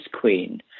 Queen